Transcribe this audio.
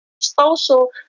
social